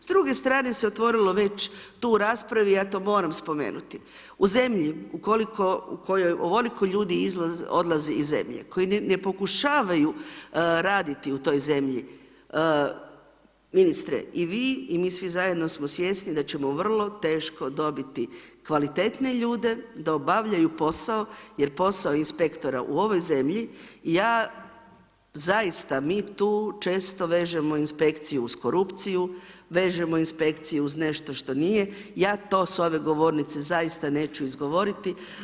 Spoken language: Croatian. S druge strane se otvorilo već tu u raspravi, ja to moram spomenuti u zemlji u kojoj ovoliko ljudi odlazi iz zemlje, koji ni ne pokušavaju raditi u toj zemlji, ministre i vi i mi svi zajedno smo svjesni da ćemo vrlo teško dobiti kvalitetne ljude da obavljaju posao jer posao inspektora u ovoj zemlji, ja zaista, mi tu često vežemo inspekciju uz korupciju, vežemo inspekciju uz nešto što nije, ja to s ove govornice zaista neću izgovoriti.